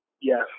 Yes